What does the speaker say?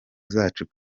zacu